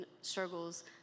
struggles